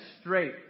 straight